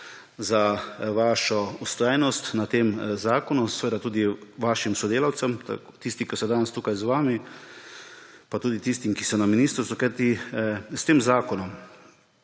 za vašo vztrajnost na tem zakonu, seveda tudi vašim sodelavcem, tistim, ki so danes tukaj z vami, pa tudi tistim, ki so na ministrstvu, kajti s tem zakonom